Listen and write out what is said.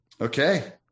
Okay